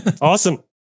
Awesome